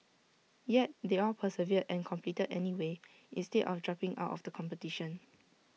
yet they all persevered and competed anyway instead of dropping out of the competition